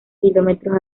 kilómetros